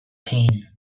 pain